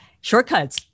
shortcuts